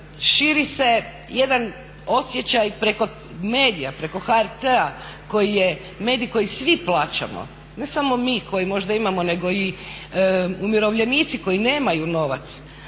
širi se jedan osjećaj preko medija, preko HRT-a koji je medij koji svi plaćamo, ne samo mi koji možda imamo, nego i umirovljenici koji nemaju novac,